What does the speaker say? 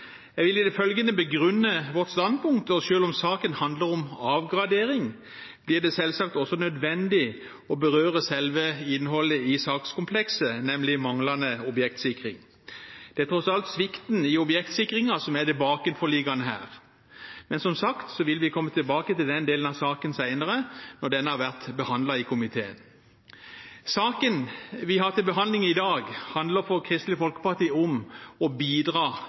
Jeg vil i det følgende begrunne vårt standpunkt, og selv om saken handler om avgradering, blir det selvsagt også nødvendig å berøre selve innholdet i sakskomplekset, nemlig manglende objektsikring. Det er tross alt svikten i objektsikringen som er det bakenforliggende her, men som sagt vil vi komme tilbake til den delen av saken senere, når den har vært behandlet i komiteen. Saken vi har til behandling i dag, handler for Kristelig Folkeparti om ikke å bidra